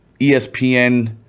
espn